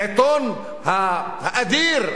לעיתון ה"אדיר",